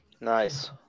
Nice